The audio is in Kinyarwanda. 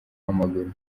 w’amaguru